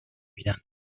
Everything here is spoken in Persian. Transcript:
میدن